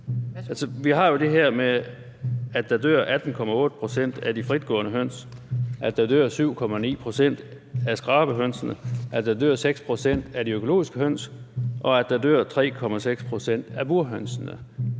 Vi har jo det her med, at der dør 18,8 pct. af de fritgående høns, at der dør 7,9 pct. af skrabehønsene, at der dør 6 pct. af de økologiske høns, og at der dør 3,6 pct. af burhønsene.